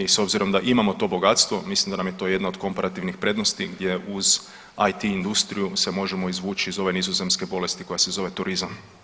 I s obzirom da imamo to bogatstvo mislim da nam je to jedna od komparativnih prednosti gdje uz IT industriju se možemo izvući iz ove nizozemske bolesti koja se zove turizam.